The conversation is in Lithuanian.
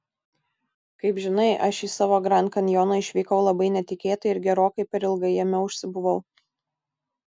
kaip žinai aš į savo grand kanjoną išvykau labai netikėtai ir gerokai per ilgai jame užsibuvau